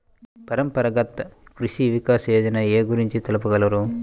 పరంపరాగత్ కృషి వికాస్ యోజన ఏ గురించి తెలుపగలరు?